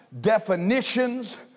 definitions